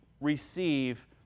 receive